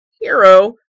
hero